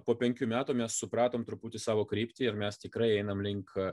po penkių metų mes supratom truputį savo kryptį ir mes tikrai einam link